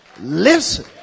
listen